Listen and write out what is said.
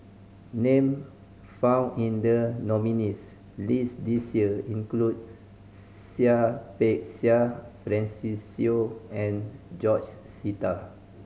name found in the nominees' list this year include Seah Peck Seah Francis Seow and George Sita